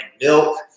milk